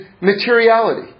materiality